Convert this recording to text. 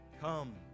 come